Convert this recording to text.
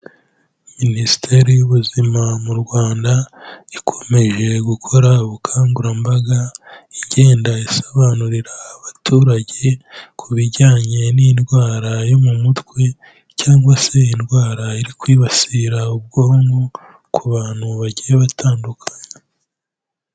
Minisiteri y'ubuzima m'u Rwanda ikomeje gukora ubukangurambaga, igenda isobanurira abaturage, ku bijyanye n'indwara yo mu mutwe cyangwa se indwara iri kwibasira ubwonko ku bantu bagiye batandukanye.